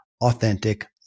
authentic